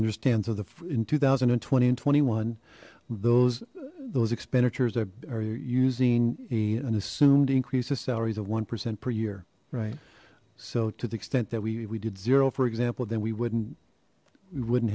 understand so the two thousand and twenty and twenty one those those expenditures that are using a an assumed increase the salaries of one percent per year right so to the extent that we did zero for example then we wouldn't we wouldn't